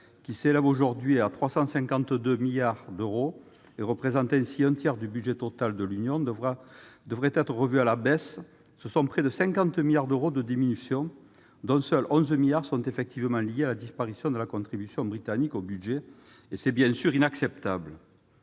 qui s'élève aujourd'hui à 352 milliards d'euros et représente un tiers du budget total de l'Union, devrait être revu à la baisse : près de 50 milliards d'euros de diminution, dont seuls 11 milliards sont effectivement liés à la disparition de la contribution britannique au budget. C'est bien sûr inacceptable